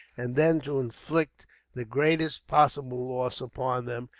and then to inflict the greatest possible loss upon them,